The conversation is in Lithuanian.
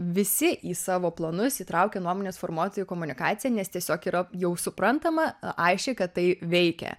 visi į savo planus įtraukė nuomonės formuotojų komunikaciją nes tiesiog yra jau suprantama aiškiai kad tai veikia